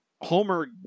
Homer